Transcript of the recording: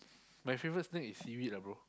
my favorite snack is seaweed ah bro